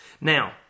Now